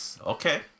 Okay